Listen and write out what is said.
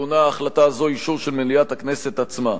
החלטה זו טעונה אישור של מליאת הכנסת עצמה.